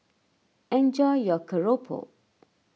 enjoy your Keropok